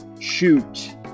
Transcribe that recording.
shoot